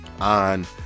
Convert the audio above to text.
on